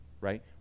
Right